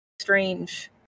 Strange